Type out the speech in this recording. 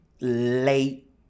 late